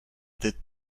did